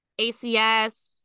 ACS